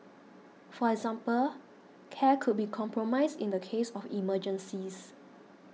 for example care could be compromised in the case of emergencies